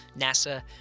NASA